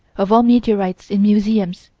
of all meteorites in museums,